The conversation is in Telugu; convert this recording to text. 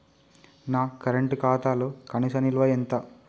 నా కరెంట్ ఖాతాలో కనీస నిల్వ ఎంత?